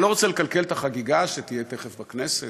אני לא רוצה לקלקל את החגיגה שתהיה תכף בכנסת,